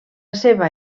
seva